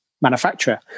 manufacturer